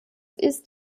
ist